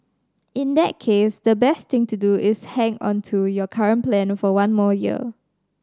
in that case the best thing to do is to hang on to your current plan for one more year